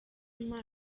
uburyo